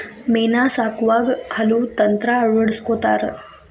ಮೇನಾ ಸಾಕುವಾಗ ಹಲವು ತಂತ್ರಾ ಅಳವಡಸ್ಕೊತಾರ